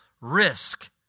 risk